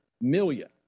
million